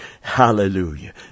Hallelujah